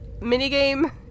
minigame